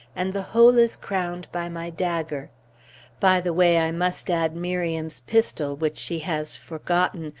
and the whole is crowned by my dagger by the way, i must add miriam's pistol which she has forgotten,